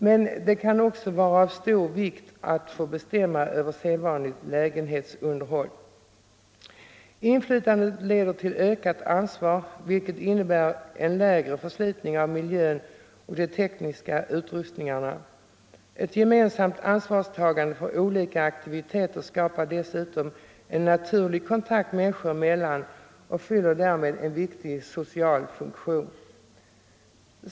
Men det kan också vara av stor vikt att få bestämma över sedvanligt lägenhetsunderhåll. Inflytandet leder till ökat ansvar, vilket innebär en lägre förslitning av miljön och de tekniska utrustningarna. Ett gemensamt ansvarstagande för olika aktiviteter skapar dessutom en naturlig kontakt människor emel lan och fyller därmed en viktig social funktion.